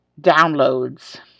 downloads